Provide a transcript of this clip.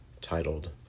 titled